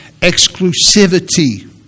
exclusivity